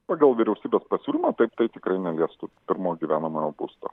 pagal vyriausybės pasiūlymą taip tai tikrai neliestų pirmo gyvenamojo būsto